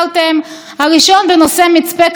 והשני בנושא ח'אן אל-אחמר,